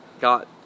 got